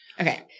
Okay